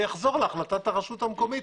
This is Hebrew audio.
זה יחזור להחלטת הרשות המקומית.